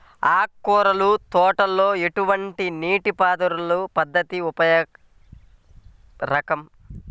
ఆకుకూరల తోటలలో ఎటువంటి నీటిపారుదల పద్దతి ఉపయోగకరం?